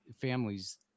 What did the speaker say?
families